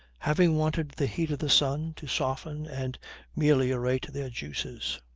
having wanted the heat of the sun to soften and meliorate their juices.